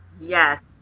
Yes